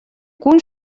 гүн